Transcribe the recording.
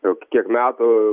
jau kiek metų